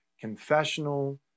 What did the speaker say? confessional